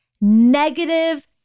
negative